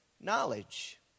Knowledge